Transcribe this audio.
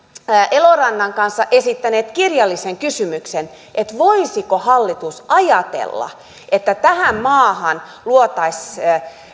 elorannan kanssa esittäneet kirjallisen kysymyksen että voisiko hallitus ajatella että tähän maahan luotaisiin